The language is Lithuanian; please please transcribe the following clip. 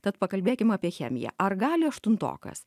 tad pakalbėkim apie chemiją ar gali aštuntokas